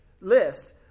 list